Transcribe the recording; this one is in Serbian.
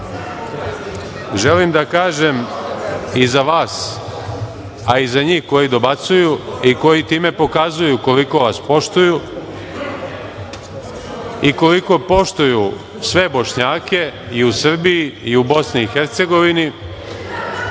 želim da kažem i za vas, a i za njih koji dobacuju i koji time pokazuju koliko vas poštuju i koliko poštuju sve Bošnjake i u Srbiji i u Bosni i Hercegovini,